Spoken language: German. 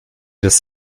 des